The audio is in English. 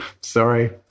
sorry